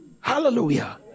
Hallelujah